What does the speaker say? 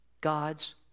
God's